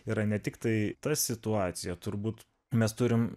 yra ne tiktai ta situacija turbūt mes turim